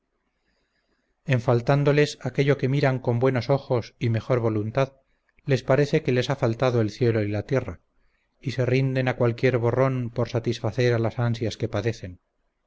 en faltándoles aquello que miran con buenos ojos y mejor voluntad les parece que les ha faltado el cielo y tierra y se rinden a cualquier borrón por satisfacer a las ansias que padecen